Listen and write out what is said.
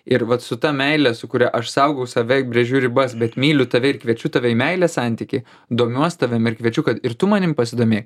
ir vat su ta meile su kuria aš saugau save brėžiu ribas bet myliu tave ir kviečiu tave į meilės santykį domiuos tavim ir kviečiu kad ir tu manim pasidomėk